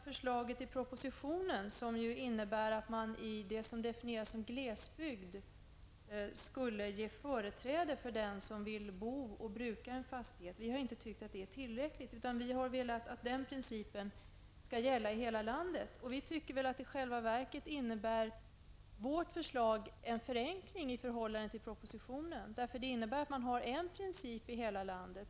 Förslaget i propositionen, som innebär att man i det som befinieras som glesbygd skulle ge företräde för dem som vill bo och bruka en fastighet, har vi inte ansett vara tillräckligt. Vi vill att den principen skall gälla i hela landet. Vårt förslag innebär i själva verket en förenkling i förhållande till förslaget i propositionen. Vårt förslag innebär att man tillämpar en enda princip i hela landet.